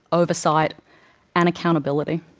oversight and accountability,